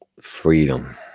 freedom